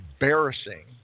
embarrassing